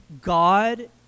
God